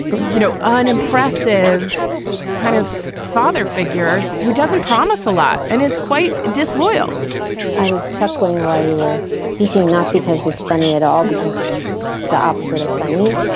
you know, unimpressive kind of father figure who doesn't promise a lot and is quite disloyal i was chuckling while you were speaking, not because it's funny at all, because it's the opposite of funny,